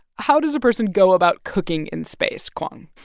how does a person go about cooking in space, kwong?